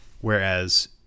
Whereas